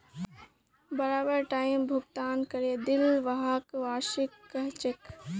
बराबर टाइमत भुगतान करे दिले व्हाक वार्षिकी कहछेक